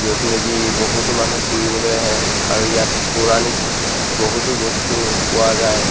য'ত নেকি বহুতো মানুহ ফুৰিবলৈ আহে আৰু ইয়াত পৌৰাণিক বহুতো বস্তু পোৱা যায়